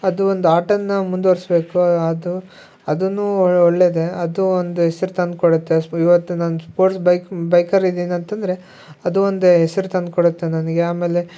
ಅದು ಒಂದು ಆಟವನ್ನ ಮುಂದ್ವರಿಸಬೇಕು ಅದು ಅದನ್ನು ಒಳ್ಳೆಯದೇ ಅದು ಒಂದು ಹೆಸ್ರ್ ತಂದ್ಕೊಡತ್ತೆ ಸ್ಪ್ ಇವತ್ತು ನನ್ನ ಸ್ಪೋರ್ಟ್ಸ್ ಬೈಕ್ ಬೈಕರದೀನಂತಂದರೆ ಅದು ಒಂದೆ ಹೆಸ್ರ್ ತಂಡ್ಕೊಡತ್ತೆ ನನಗೆ ಆಮೇಲೆ